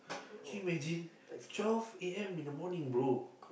can you imagine twelve A_M in the morning bro